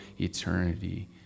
eternity